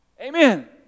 Amen